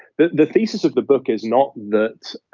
the the thesis of the book is not that